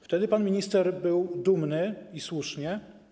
Wtedy pan minister był dumny - i słusznie.